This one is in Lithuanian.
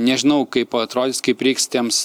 nežinau kaip atrodys kaip reiks tiems